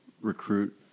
recruit